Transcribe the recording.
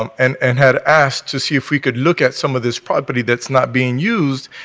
um and and had asked to see if we could look at some of this property that's not being used.